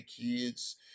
kids